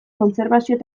kontserbazioa